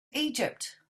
egypt